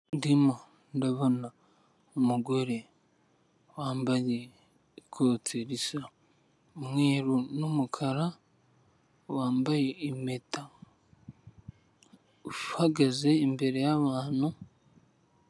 Ndimo ndabona umugore wambaye ikote risa umweru n'umukara, wambaye impeta uhagaze imbere y'abantu.